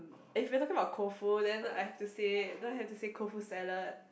if you are talking about cold food then I have to say then I have to say cold food salad